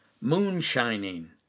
moonshining